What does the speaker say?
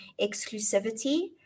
exclusivity